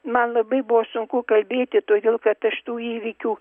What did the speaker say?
man labai buvo sunku kalbėti todėl kad aš tų įvykių